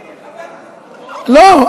לא,